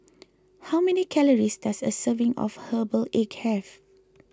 how many calories does a serving of Herbal Egg have